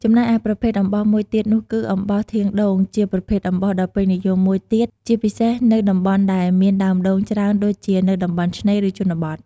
ចំណែកឯប្រភេទអំបោសមួយទៀតនោះគឺ អំបោសធាងដូងជាប្រភេទអំបោសដ៏ពេញនិយមមួយទៀត ជាពិសេសនៅតំបន់ដែលមានដើមដូងច្រើនដូចជានៅតំបន់ឆ្នេរ ឬជនបទ។